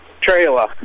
trailer